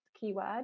keyword